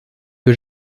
que